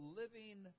living